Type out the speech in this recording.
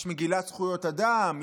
יש מגילת זכויות אדם,